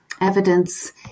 evidence